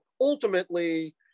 ultimately